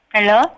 Hello